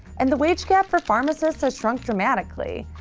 and the wage gap for pharmacists has shrunk dramatically.